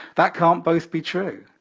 that can't both be true.